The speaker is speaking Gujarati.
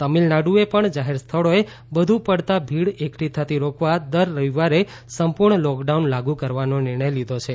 તમિલનાડુએ પણ જાહેર સ્થળોએ વધુ પડતા ભીડ એકઠી થતી રોકવા દર રવિવારે સંપૂર્ણ લોકડાઉન લાગુ કરવાનો નિર્ણય લીધો છે